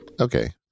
okay